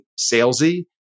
salesy